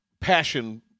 passion